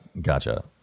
Gotcha